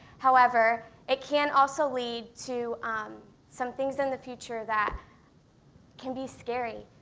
however it can also lead to some things in the future that can be scary.